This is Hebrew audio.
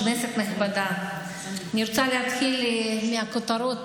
כנסת נכבדה, אני רוצה להתחיל מהכותרות